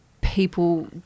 people